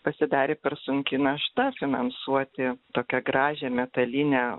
pasidarė per sunki našta finansuoti tokią gražią metalinę